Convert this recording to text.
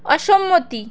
অসম্মতি